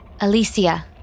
Alicia